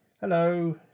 Hello